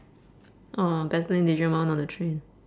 or battling digimon on the train